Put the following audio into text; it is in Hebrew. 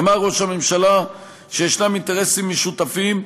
אמר ראש הממשלה שיש אינטרסים משותפים ויש,